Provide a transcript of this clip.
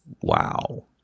Wow